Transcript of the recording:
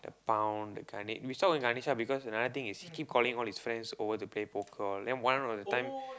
pound that kind we saw Ganesh ah because another thing is he keep calling all his friends to play poker and then one of the time